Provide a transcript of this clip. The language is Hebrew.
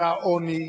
זה העוני,